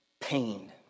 pain